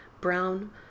brown